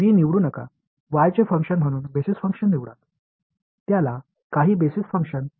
இந்த யோசனையை இப்போது விரிவாக்க முடியும் நான் அடிப்படை செயல்பாடு a போன்ற ஒன்றை y இன் செயல்பாடாக செய்கிறேன்